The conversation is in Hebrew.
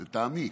לטעמי,